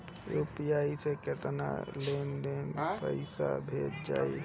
UPI से केतना देर मे पईसा भेजा जाई?